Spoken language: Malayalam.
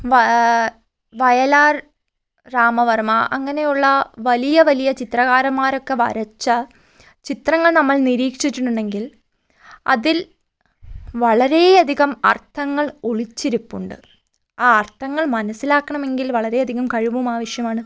വ വയലാർ രാമവർമ അങ്ങനെയുള്ള വലിയ വലിയ ചിത്രകാരന്മാരൊക്കെ വരച്ച ചിത്രങ്ങൾ നമ്മൾ നിരീക്ഷിച്ചിട്ടുണ്ടെങ്കിൽ അതിൽ വളരെയധികം അർഥങ്ങൾ ഒളിച്ചിരിപ്പുണ്ട് ആ അർഥങ്ങൾ മനസ്സിലാക്കണമെങ്കിൽ വളരെയധികം കഴിവും ആവശ്യമാണ്